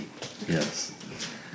yes